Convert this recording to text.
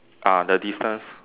ah the distance